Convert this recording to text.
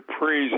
praise